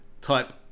type